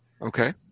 Okay